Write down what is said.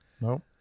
No